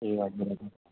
ए हजुर हजुर